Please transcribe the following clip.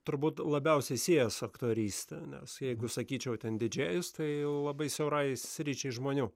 turbūt labiausiai siejas su aktoryste nes jeigu sakyčiau ten didžėjus tai labai siaurai sričiai žmonių